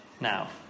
Now